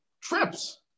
trips